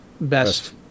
Best